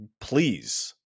Please